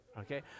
okay